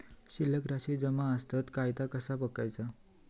शिल्लक राशी जमा आसत काय ता कसा बगायचा?